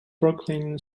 brooklyn